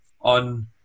on